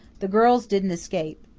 the girls didn't escape.